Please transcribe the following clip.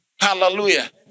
Hallelujah